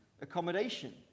accommodation